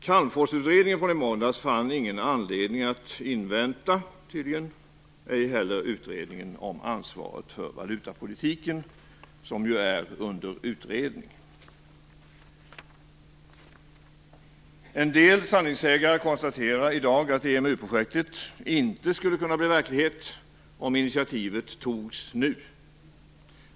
Man fann ingen anledning att invänta Calmforsutredningen, ej heller utredningen om ansvaret för valutapolitiken. En del sanningsägare konstaterar i dag att EMU projektet inte skulle kunna bli verklighet om initiativet togs nu.